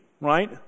Right